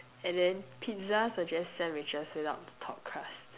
and then pizza are just sandwiches without the top crust